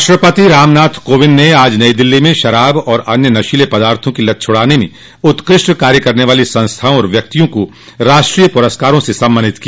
राष्ट्रपति रामनाथ कोविंद ने आज नई दिल्ली में शराब और अन्य नशीले पदार्थों की लत छुड़ाने में उत्कृष्ट कार्य करने वाली संस्थाओं और व्यक्तियों को राष्ट्रीय पुरस्कारों से सम्मानित किया